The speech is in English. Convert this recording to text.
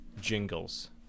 jingles